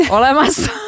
olemassa